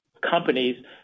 companies